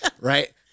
right